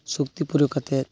ᱥᱚᱠᱛᱤ ᱯᱨᱚᱭᱳᱜ ᱠᱟᱛᱮᱫ